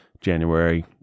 January